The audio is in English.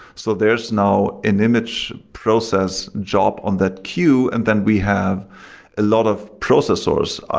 so there's now an image process job on that queue and then we have a lot of processors,